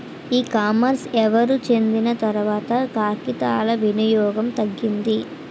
ఈ కామర్స్ ఎవరు చెందిన తర్వాత కాగితాల వినియోగం తగ్గింది